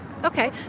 Okay